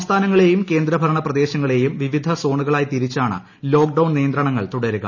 സംസ്ഥാനങ്ങളെയും ക്രോദ് ഭരണ പ്രദേശങ്ങളേയും വിവിധ സോണുകളായി തിരിച്ചാണ് ലോക്ക് ഡൌൺ നിയന്ത്രണങ്ങൾ തുടരുക